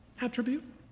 attribute